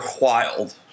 wild